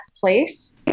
place